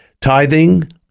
Tithing